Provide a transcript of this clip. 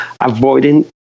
avoiding